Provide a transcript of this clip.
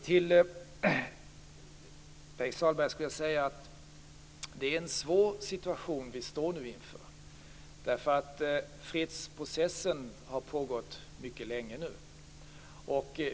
Till Pär-Erik Sahlberg vill jag säga att det är en svår situation som vi nu står inför, därför att fredsprocessen har pågått mycket länge nu.